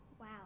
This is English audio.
Wow